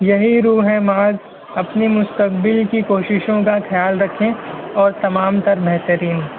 یہی رو ہے معاذ اپنی مستقبل کی کوششوں کا خیال رکھیں اور تمام تر بہترین